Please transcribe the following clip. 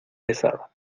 pesada